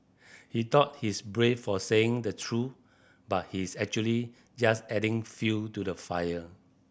he thought he's brave for saying the truth but he's actually just adding fuel to the fire